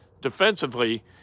defensively